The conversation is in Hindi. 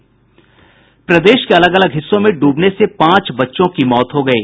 प्रदेश के अलग अलग हिस्सों में ड्बने से पांच बच्चों की मौत हो गयी